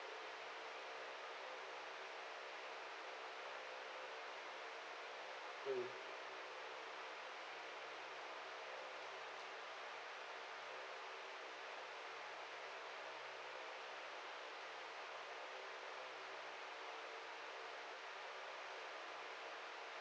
mm